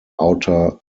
outer